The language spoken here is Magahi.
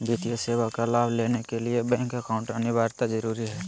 वित्तीय सेवा का लाभ लेने के लिए बैंक अकाउंट अनिवार्यता जरूरी है?